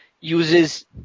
uses